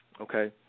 okay